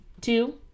two